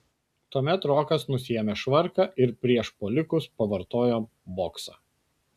tuomet rokas nusiėmė švarką ir prieš puolikus pavartojo boksą